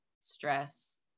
stress